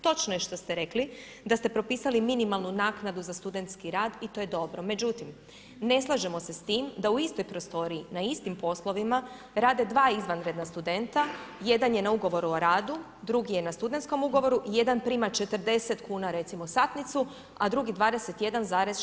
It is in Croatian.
Točno je što ste rekli da ste propisali minimalnu naknadu za studentski rad i to je dobro, međutim ne slažemo se s tim da u istoj prostoriji, na istim poslovima rade dva izvanredna studenta, jedan je na ugovor o radu, drugi je na studentskom ugovoru i jedan prima 40kn recimo satnicu, a drugi 21,69.